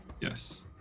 Yes